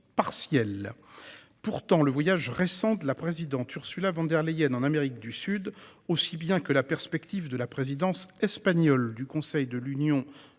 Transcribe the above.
Pourtant, le voyage récent de la présidente Ursula von der Leyen en Amérique du Sud aussi bien que les perspectives dessinées pour la présidence espagnole du Conseil de l'Union européenne